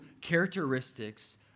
characteristics